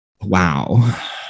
wow